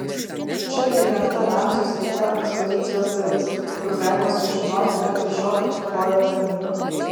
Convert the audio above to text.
čia įrengta ramziui skirta ekspozicijos dalis kur galima sužinoti apie šio keturkojo tarnybą